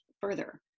further